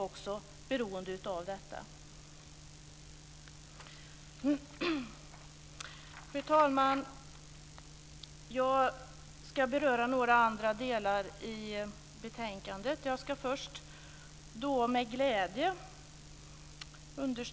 Med världens högsta skattetryck är det angeläget att utrymme skapas för tillväxt i företagen.